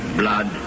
blood